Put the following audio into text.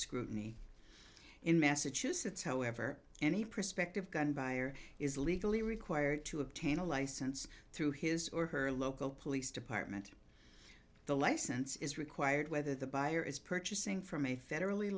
scrutiny in massachusetts however any prospective gun buyers is legally required to obtain a license through his or her local police department the license is required whether the buyer is purchasing from a federally